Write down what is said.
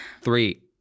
Three